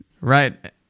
Right